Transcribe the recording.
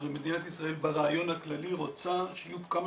מדינת ישראל ברעיון הכללי רוצה שיהיו כמה